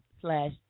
Slash